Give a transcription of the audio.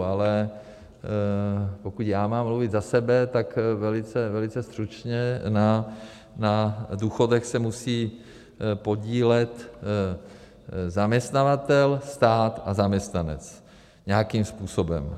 Ale pokud já mám mluvit za sebe, tak velice stručně, na důchodech se musí podílet zaměstnavatel, stát a zaměstnanec nějakým způsobem.